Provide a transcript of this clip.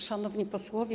Szanowni Posłowie!